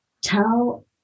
tell